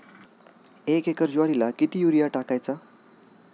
एक एकर ज्वारीला किती युरिया टाकायचा?